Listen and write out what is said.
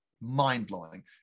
mind-blowing